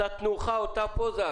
אותה תנוחה, אותה פוזה.